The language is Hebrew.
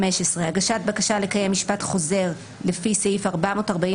התובע הצבאי 15. הגשת בקשה לקיים משפט חוזר לפי סעיף 445